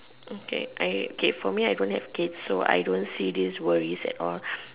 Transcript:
okay I okay for me I don't have kids so I don't see these worries at all